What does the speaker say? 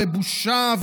בושה,